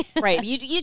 right